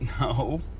No